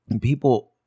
people